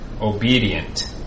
obedient